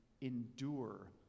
endure